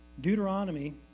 Deuteronomy